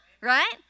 right